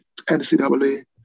NCAA